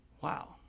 wow